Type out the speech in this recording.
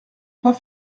pas